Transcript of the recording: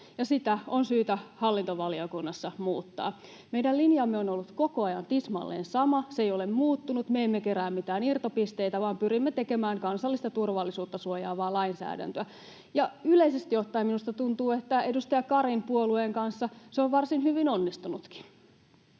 sitä on syytä hallintovaliokunnassa muuttaa. Meidän linjamme on ollut koko ajan tismalleen sama. Se ei ole muuttunut. Me emme kerää mitään irtopisteitä vaan pyrimme tekemään kansallista turvallisuutta suojaavaa lainsäädäntöä. Yleisesti ottaen minusta tuntuu, että edustaja Karin puolueen kanssa se on varsin hyvin onnistunutkin.